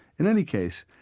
in any case,